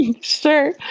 sure